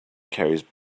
carries